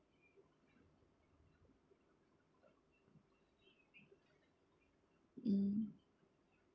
mm